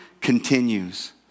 continues